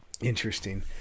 interesting